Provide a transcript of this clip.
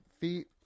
feet